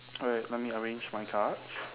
alright let me arrange my cards